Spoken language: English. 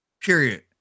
Period